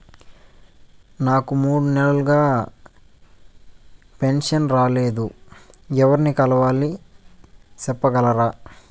నాకు మూడు నెలలుగా పెన్షన్ రాలేదు ఎవర్ని కలవాలి సెప్పగలరా?